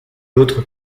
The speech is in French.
l’autre